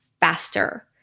faster